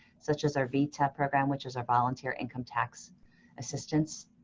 such as our vita program, which is our volunteer income tax assistance.